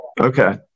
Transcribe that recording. Okay